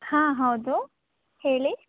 ಹಾಂ ಹೌದು ಹೇಳಿ